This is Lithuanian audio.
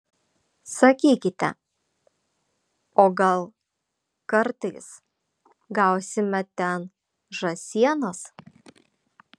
sakykite o gal kartais gausime ten žąsienos